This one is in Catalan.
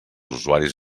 usuaris